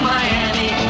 Miami